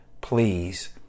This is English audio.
please